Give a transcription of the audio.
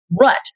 rut